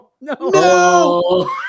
No